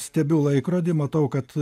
stebiu laikrodį matau kad